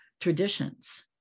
traditions